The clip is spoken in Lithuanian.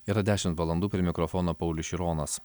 yra dešimt valandų prie mikrofono paulius šironas